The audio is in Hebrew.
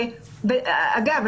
אגב,